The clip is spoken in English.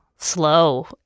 slow